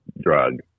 drug